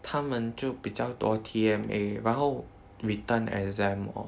他们就比较多 T_M_A 然后 written exam lor